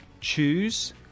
choose